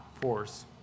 force